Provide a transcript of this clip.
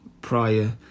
Prior